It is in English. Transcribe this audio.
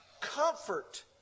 comfort